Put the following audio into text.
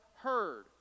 heard